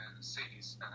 cities